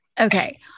Okay